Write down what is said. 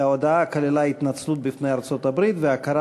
וההודעה כללה התנצלות בפני ארצות-הברית והכרה